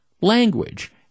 language